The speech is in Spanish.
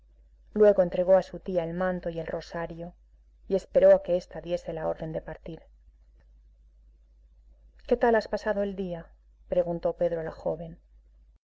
luego entregó a su tía el manto y el rosario y esperó a que esta diese la orden de partir qué tal has pasado el día preguntó pedro a la joven